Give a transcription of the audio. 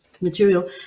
material